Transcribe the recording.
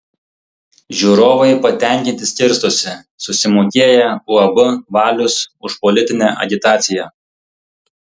žiūrovai patenkinti skirstosi susimokėję uab valius už politinę agitaciją